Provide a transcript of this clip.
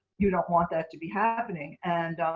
you don't want that to be happening. and